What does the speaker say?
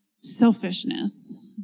selfishness